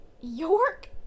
York